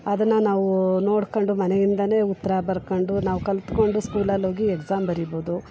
ಅದನ್ನು ನಾವು ನೋಡ್ಕೊಂಡು ಮನೆಯಿಂದನೇ ಉತ್ತರ ಬರ್ಕೊಂಡು ನಾವು ಕಲಿತ್ಕೊಂಡು ಸ್ಕೂಲಲ್ಲಿ ಹೋಗಿ ಎಕ್ಸಾಮ್ ಬರಿಬೋದು